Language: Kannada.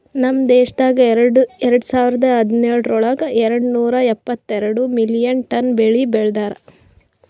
ನಮ್ ದೇಶದಾಗ್ ಎರಡು ಸಾವಿರ ಹದಿನೇಳರೊಳಗ್ ಎರಡು ನೂರಾ ಎಪ್ಪತ್ತೆರಡು ಮಿಲಿಯನ್ ಟನ್ ಬೆಳಿ ಬೆ ಳದಾರ್